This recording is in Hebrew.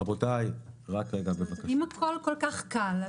אם הכול כל כך קל,